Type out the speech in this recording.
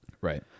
right